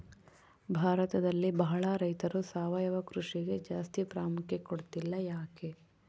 ಭಾರತದಲ್ಲಿ ಬಹಳ ರೈತರು ಸಾವಯವ ಕೃಷಿಗೆ ಜಾಸ್ತಿ ಪ್ರಾಮುಖ್ಯತೆ ಕೊಡ್ತಿಲ್ಲ ಯಾಕೆ?